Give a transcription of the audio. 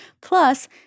Plus